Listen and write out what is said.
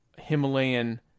Himalayan